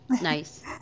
Nice